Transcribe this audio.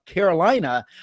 Carolina